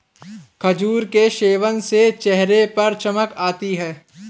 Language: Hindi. खजूर के सेवन से चेहरे पर चमक आती है